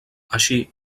així